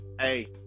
hey